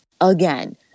again